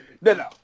no